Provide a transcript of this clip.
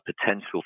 potential